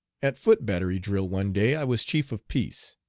at foot battery drill one day i was chief of piece.